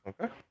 Okay